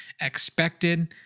expected